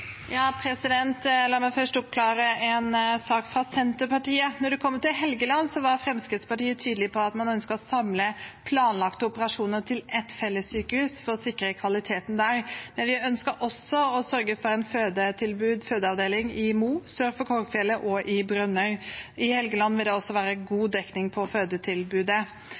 La meg først oppklare en sak fra Senterpartiet: Når det kommer til Helgeland, var Fremskrittspartiet tydelig på at man ønsket å samle planlagte operasjoner til ett fellessykehus for å sikre kvaliteten der. Vi ønsket også å sørge for en fødeavdeling i Mo, sør for Korgfjellet, og i Brønnøy. I Helgeland vil det også være god dekning når det gjelder fødetilbudet.